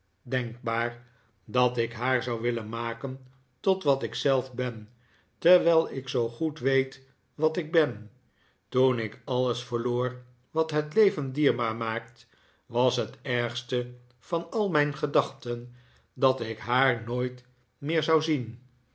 denkbaar dat ik haar zou willen maken tot wat ik zelf ben terwijl ik zoo goed weet wat ik ben toen ik alles verloor wat het leven dierbaar maakt was het ergste van al mijn gedachten dat ik haar nooit meer zou zien